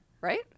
right